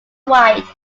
white